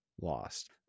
lost